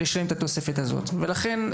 לשלם את התוספת הזאת ולכן,